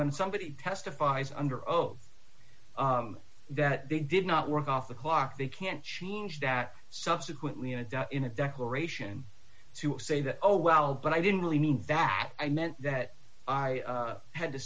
when somebody testifies under oath that they did not work off the clock they can't change that subsequently in a day in a declaration to say that oh well but i didn't really mean that i meant that i had to